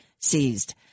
seized